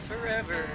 forever